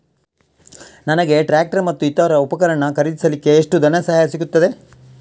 ನನಗೆ ಟ್ರ್ಯಾಕ್ಟರ್ ಮತ್ತು ಇತರ ಉಪಕರಣ ಖರೀದಿಸಲಿಕ್ಕೆ ಎಷ್ಟು ಧನಸಹಾಯ ಸಿಗುತ್ತದೆ?